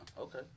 Okay